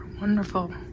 Wonderful